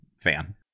fan